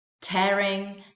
tearing